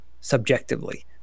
subjectively